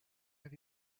have